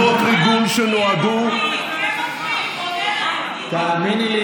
תוכנות ריגול שנועדו לסכל טרור, תגידו,